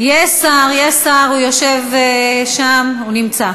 עד שיבוא שר.